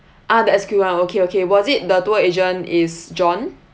ah the S_Q one okay okay was it the tour agent is john